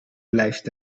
blijft